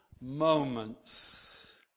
moments